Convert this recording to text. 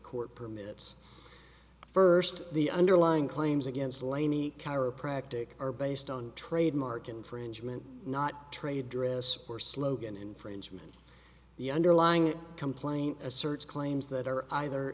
court permits first the underlying claims against lanie chiropractic are based on trademark infringement not trade dress or slogan infringement the underlying complaint asserts claims that are either